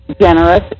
generous